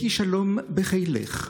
יהי שלום בחילך,